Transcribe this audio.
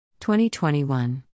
2021